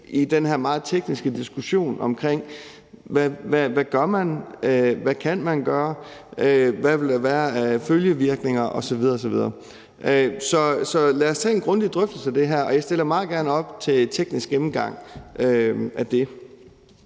i den her meget tekniske diskussion omkring, hvad man gør, hvad man kan gøre, og hvad der vil være af følgevirkninger osv. osv. Så lad os tage en grundig drøftelse af det her, og jeg stiller meget gerne op til en teknisk gennemgang af det.